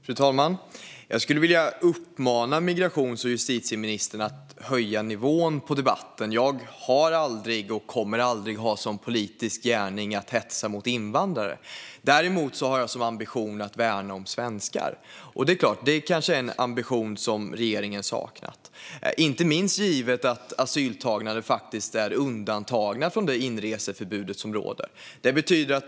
Fru talman! Jag skulle vilja uppmana migrations och justitieministern att höja nivån på debatten. Jag har aldrig haft och kommer aldrig att ha som politisk gärning att hetsa mot invandrare. Däremot har jag som ambition att värna om svenskar. Det kanske är en ambition som regeringen saknat, inte minst givet att asylsökande faktiskt är undantagna från det inreseförbud som råder.